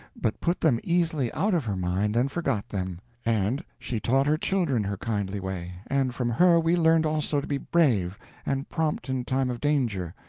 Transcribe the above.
but put them easily out of her mind and forgot them and she taught her children her kindly way, and from her we learned also to be brave and prompt in time of danger,